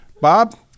Bob